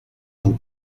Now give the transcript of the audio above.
vous